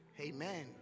amen